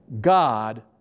God